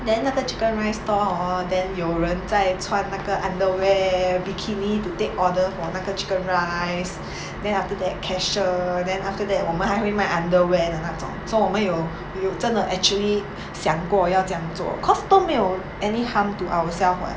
then 那个 chicken rice stall hor then 有人在穿那个 underwear bikini to take order for 那个 chicken rice then after that cashier then after that 我们还会卖 underwear 的那种 so 我们有有真的 actually 想过要要这样做 because 都没有 any harm to ourselves [what]